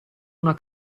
una